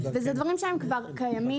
וזה דברים שהם כבר קיימים,